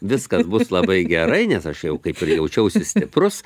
viskas bus labai gerai nes aš jau kaip ir jaučiausi stiprus